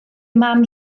mam